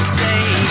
say